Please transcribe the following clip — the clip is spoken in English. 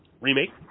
remake